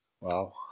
Wow